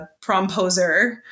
promposer